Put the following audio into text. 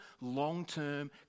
long-term